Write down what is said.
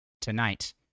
Tonight